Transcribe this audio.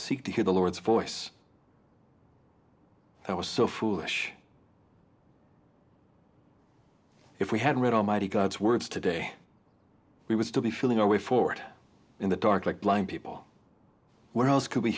seek to hear the lord's force that was so foolish if we had read almighty god's words today we would still be feeling our way forward in the dark like blind people what else could we